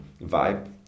vibe